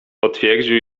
potwierdził